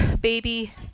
baby